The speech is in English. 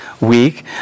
week